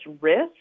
risk